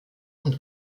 und